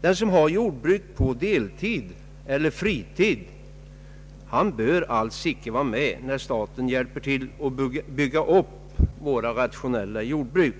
Den som har jordbruk på deltid eller fritid bör alls inte vara med när staten hjälper till att bygga upp våra rationella jordbruk,